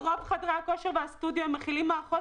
רוב חדרי הכושר והסטודיואים מכילים מערכות